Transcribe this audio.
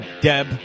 Deb